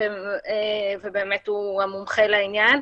ובאמת הוא המומחה לעניין.